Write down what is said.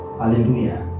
hallelujah